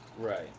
Right